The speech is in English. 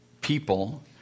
people